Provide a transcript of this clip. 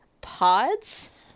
Pods